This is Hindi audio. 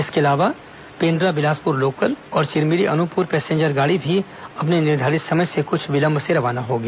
इसके अलावा पेंड्रा बिलासपुर लोकल और चिरमिरी अनूपपुर पैसेंजर गाड़ी भी अपने निर्धारित समय से कुछ विलंब से रवाना होगी